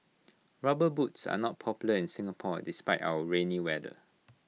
rubber boots are not popular in Singapore despite our rainy weather